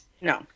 No